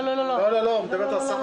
הוא אמור לגדול,